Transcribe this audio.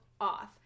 off